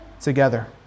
together